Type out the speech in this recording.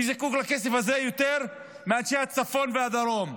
מי זקוק לכסף הזה יותר מאנשי הצפון והדרום?